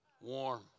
warm